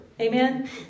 Amen